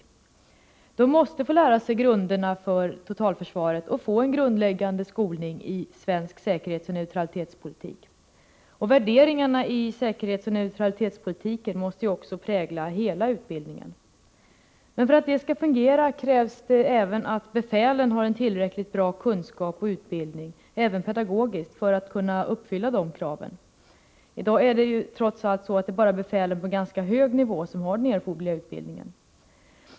De värnpliktiga måste få lära sig grunderna för totalförsvaret och få en grundläggande skolning i svensk säkerhetsoch neutralitetspolitik. Värderingarna i säkerhetsoch neutralitetspolitiken måste också prägla hela utbildningen. För att det skall fungera krävs det också att befälen har en tillräckligt bra kunskap och utbildning, även pedagogiskt, för att kunna uppfylla de kraven. I dag är det ju trots allt så, att bara befäl på ganska hög nivå har den erforderliga utbildningen.